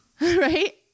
Right